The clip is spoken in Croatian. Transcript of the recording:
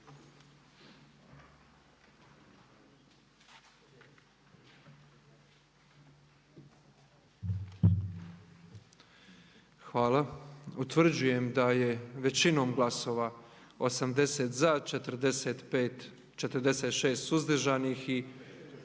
Hvala. Utvrđujem da je većinom glasova 80 za, 45 suzdržanih i